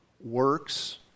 works